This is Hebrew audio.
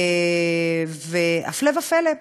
והפלא ופלא,